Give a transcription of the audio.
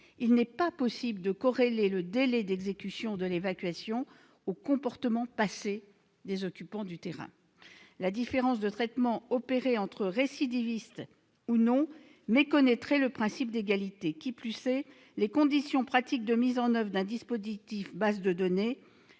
il n'est pas possible de corréler le délai d'exécution de l'évacuation au comportement passé des occupants du terrain. La différence de traitement opérée entre « récidivistes » ou non méconnaîtrait le principe d'égalité. Qui plus est, les conditions pratiques de mise en oeuvre d'un dispositif- base de données